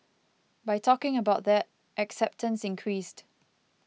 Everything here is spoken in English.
by talking about that acceptance increased